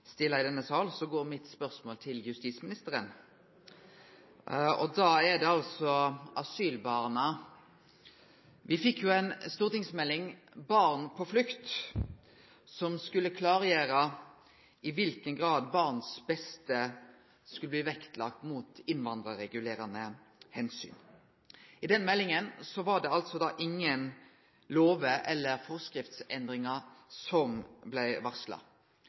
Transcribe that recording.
stille i denne salen, går mitt spørsmål til justisministeren. Det gjeld altså asylbarna. Me fekk jo ei stortingsmelding, «Barn på flukt», som skulle klargjere i kva grad barns beste skulle bli vektlagt mot innvandringsregulerande omsyn. I den meldinga var det altså ikkje varsla lov- eller